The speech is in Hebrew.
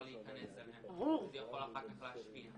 להיכנס אליהם וזה יכול אחר כך להשפיע.